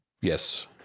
Yes